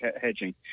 Hedging